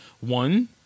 one